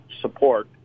support